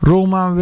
Roma